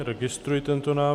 Registruji tento návrh.